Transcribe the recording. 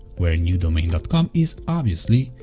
where newdomain dot com is, obviously,